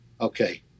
Okay